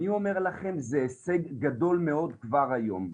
אני אומר לכם שזה הישג גדול מאוד כבר היום.